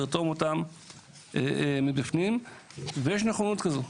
לרתום אותם מבפנים ויש נכונות כזו.